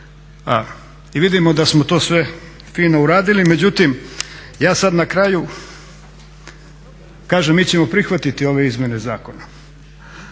I vidimo da smo to sve fino uradili. Međutim, ja sada na kraju, kažem, mi ćemo prihvatiti ove izmjene zakona